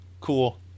Cool